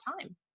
time